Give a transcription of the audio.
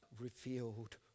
revealed